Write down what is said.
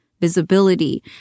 visibility